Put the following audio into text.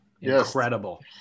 incredible